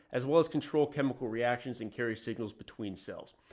as well as control chemical reactions and carry signals between cells.